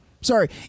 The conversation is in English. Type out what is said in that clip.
Sorry